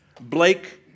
Blake